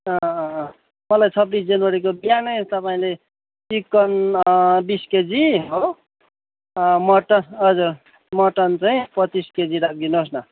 मलाई छब्बिस जनवरीको बिहान नै तपाईँले चिकन बिस केजी हो मटन हजुर मटन चाहिँ पच्चिस केजी राखिदिनु होस् न